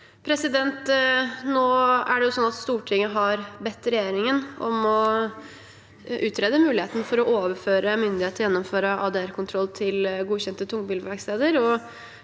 Nå er det slik at Stortinget har bedt regjeringen om å utrede muligheten for å overføre myndighet til å gjennomføre ADR-kontroll til godkjente tungbilverksteder,